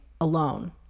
alone